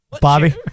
Bobby